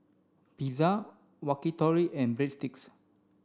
Pizza Yakitori and Breadsticks